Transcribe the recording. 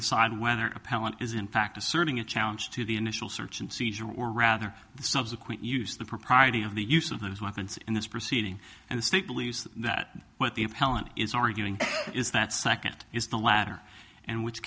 decide whether appellant is in fact asserting a challenge to the initial search and seizure or rather the subsequent use the propriety of the use of those weapons in this proceeding and the state believes that what the appellant is arguing is that second is the latter and which